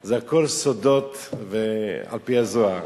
זה הכול סודות ועל-פי הזוהר.